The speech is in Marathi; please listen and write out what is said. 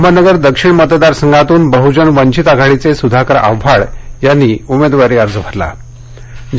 अहमदनगर दक्षिण मतदारसंघातून बह्जन वंचित आघाडीचे सुधाकर आव्हाड यांनी उमेदवारी अर्ज दाखल केला